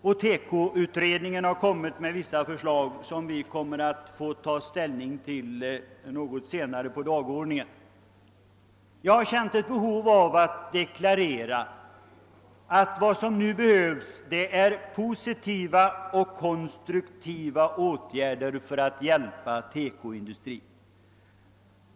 TEKO-utredningen har kommit med vissa förslag, som vi får ta ställning till under en senare punkt på dagordningen. Jag har känt ett behov av att deklarera, att vad som nu behövs är positiva och konstruktiva åtgärder för att hjälpa TEKO-industrin.